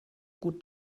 gut